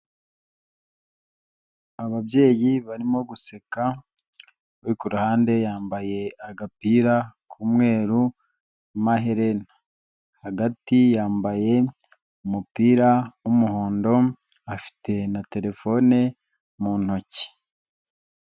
Ababyeyi barimo guseka, uri kuruhande yambaye agapira k'umweru n'amaherena, hagati yambaye umupira w'umuhondo, afite na terefone mu ntoki.